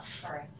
sorry